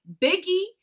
Biggie